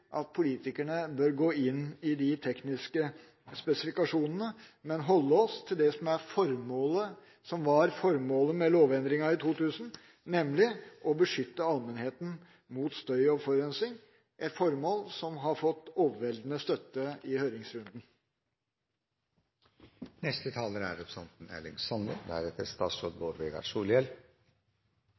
at politikerne bør gå inn i de tekniske spesifikasjonene, men holde seg til det som var formålet for lovendringen i 2000, nemlig å beskytte allmennheten mot støy og forurensing – et formål som har fått overveldende støtte i